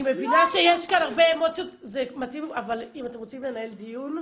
אני מבינה שיש כאן הרבה אמוציות אבל אם אתם רוצים לנהל דיון,